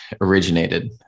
originated